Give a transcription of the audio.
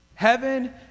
Heaven